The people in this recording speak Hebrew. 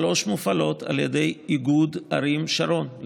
שלוש מופעלות על ידי איגוד ערים שרון,